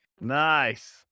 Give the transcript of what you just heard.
Nice